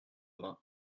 vingts